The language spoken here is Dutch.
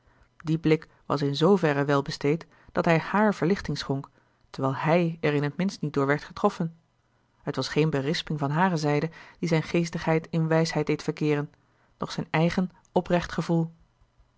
die blik was in zverre welbesteed dat hij hààr verlichting schonk terwijl hij er in t minst niet door werd getroffen het was geen berisping van hare zijde die zijn geestigheid in wijsheid deed verkeeren doch zijn eigen oprecht gevoel